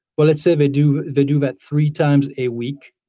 well, let's say they do they do that three times a week,